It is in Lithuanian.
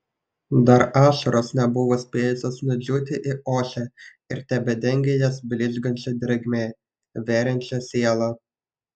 dar ašaros nebuvo spėjusios nudžiūti į ošę ir tebedengė jas blizgančia drėgme veriančia sielą